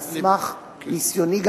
על סמך ניסיוני,